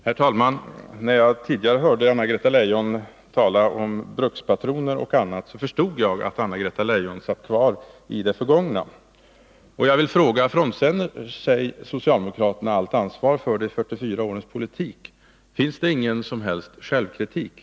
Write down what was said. Herr talman! När jag tidigare hörde Anna-Greta Leijon tala om brukspatroner och annat, förstod jag att Anna-Greta Leijon sitter kvar i det förgångna. Jag vill fråga: Frånkänner sig socialdemokraterna allt ansvar för de 44 årens politik? Finns det ingen som helst självkritik?